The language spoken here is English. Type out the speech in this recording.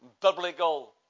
biblical